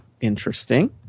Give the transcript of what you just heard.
interesting